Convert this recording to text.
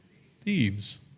Thieves